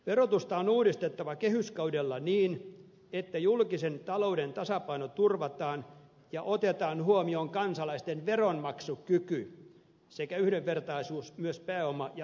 verotusta on uudistettava kehyskaudella niin että julkisen talouden tasapaino turvataan ja otetaan huomioon kansalaisten veronmaksukyky sekä yhdenvertaisuus myös pääoma ja ansioverotuksen kesken